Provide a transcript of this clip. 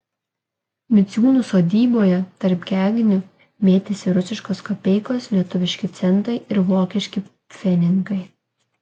miciūnų sodyboje tarp gegnių mėtėsi rusiškos kapeikos lietuviški centai ir vokiški pfenigai